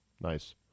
nice